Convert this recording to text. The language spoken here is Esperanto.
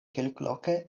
kelkloke